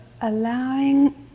allowing